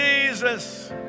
Jesus